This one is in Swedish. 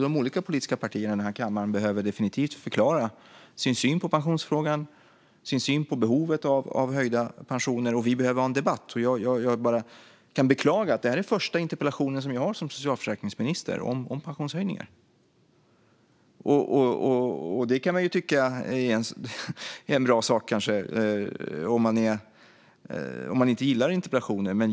De olika politiska partierna i kammaren behöver definitivt förklara sin syn på pensionsfrågan och sin syn på behovet av höjda pensioner. Vi behöver ha en debatt. Jag kan beklaga att detta är den första interpellationen som jag har som socialförsäkringsminister om pensionshöjningar. Det kan man kanske tycka är en bra sak om man inte gillar interpellationer.